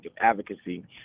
advocacy